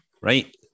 right